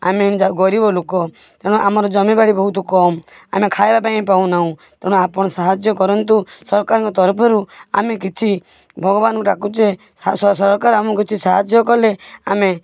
ଆମେ ଗରିବ ଲୋକ ତେଣୁ ଆମର ଜମିବାଡ଼ି ବହୁତ କମ୍ ଆମେ ଖାଇବା ପାଇଁ ପାଉନାହୁଁ ତେଣୁ ଆପଣ ସାହାଯ୍ୟ କରନ୍ତୁ ସରକାରଙ୍କ ତରଫରୁ ଆମେ କିଛି ଭଗବାନଙ୍କୁ ଡାକୁଛେ ସରକାର ଆମକୁ କିଛି ସାହାଯ୍ୟ କଲେ ଆମେ